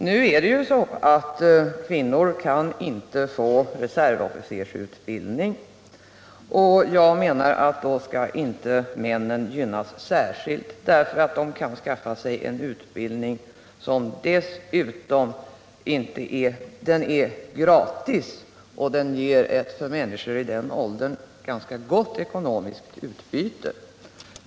Nu är det ju så att kvinnor inte kan få reservofficersutbildning. Jag menar att männen inte skall gynnas särskilt därför att de kan skaffa sig sådan utbildning, som dessutom är gratis och ger ett för människor i den aktuella åldern ganska gott ekonomiskt utbyte.